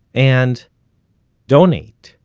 and donate.